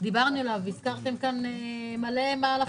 שדיברנו עליו והזכרתם כאן מלא מהלכים,